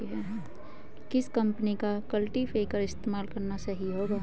किस कंपनी का कल्टीपैकर इस्तेमाल करना सही होगा?